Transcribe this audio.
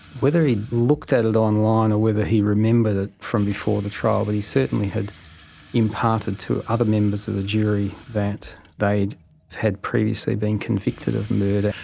whether he'd looked at it online or whether he remembered it from before the trial, but he certainly had imparted to other members of the jury that they had previously been convicted of murder.